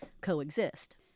coexist